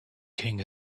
king